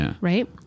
right